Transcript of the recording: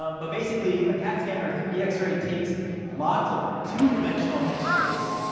um but basically, a cat scan or a three d x-ray, takes lots of two dimensional x-rays